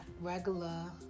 regular